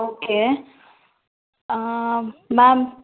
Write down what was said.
okay ma'am